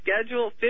schedule